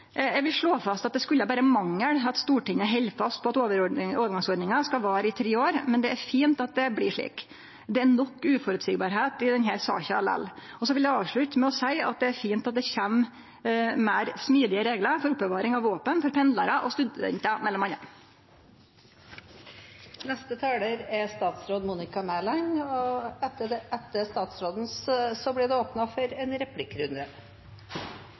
Eg vil slå fast at det skulle då berre mangle at Stortinget held fast på at overgangsordninga skal vare i tre år, men det er fint at det blir slik. Det er nok av det uføreseielege i denne saka lell. Eg vil avslutte med å seie at det er fint at det kjem meir smidige reglar for oppbevaring av våpen for pendlarar og studentar